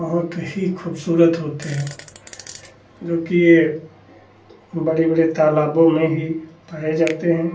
बहुत ही खूबसूरत होते हैं क्योंकि यह बड़े बड़े तालाबों में ही पाए जाते हैं